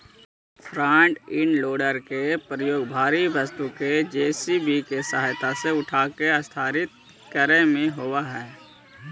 front end loader के प्रयोग भारी वस्तु के जे.सी.बी के सहायता से उठाके स्थानांतरित करे में होवऽ हई